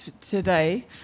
today